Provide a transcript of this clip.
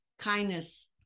kindness